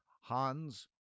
Hans